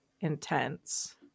intense